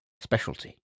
specialty